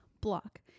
Block